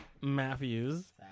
Matthews